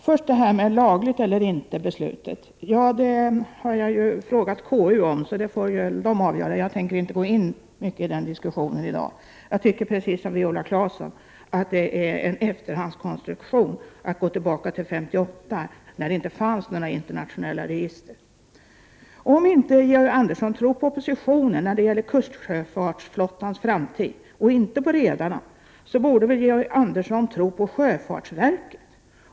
Herr talman! Först frågan huruvida beslutet är lagligt eller inte. Det har jag frågat KU om, så KU får avgöra. Jag tänker inte gå in i den diskussionen i dag. Jag tycker precis som Viola Claesson att det är en efterhandskonstruktion att gå tillbaka till 1958, när det inte fanns några internationella register. Om inte Georg Andersson tror på propositionen när det gäller kustsjöfartsflottans framtid och inte på redarna, så borde väl Georg Andersson tro på sjöfartsverket.